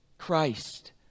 Christ